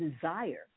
desire